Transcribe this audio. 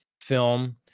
film